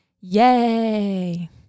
Yay